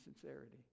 sincerity